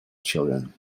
children